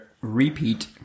repeat